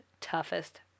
toughest